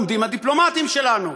עומדים הדיפלומטים שלנו.